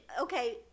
okay